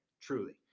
truly